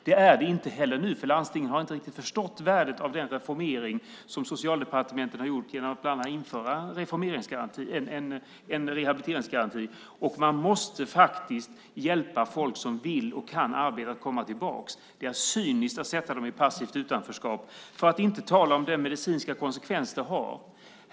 Det är den inte nu heller, för landstingen har inte riktigt förstått värdet av den reformering som Socialdepartementet har gjort genom att bland annat införa en rehabiliteringsgaranti. Men man måste faktiskt hjälpa folk som vill och kan arbeta att komma tillbaka. Det är cyniskt att sätta dem i passivt utanförskap, för att inte tala om den medicinska konsekvens det har.